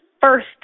first